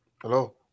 hello